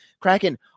Kraken